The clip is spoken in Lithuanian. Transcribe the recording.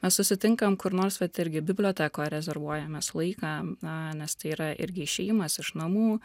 mes susitinkam kur nors vat irgi bibliotekoj rezervuojamės laiką na nes tai yra irgi išėjimas iš namų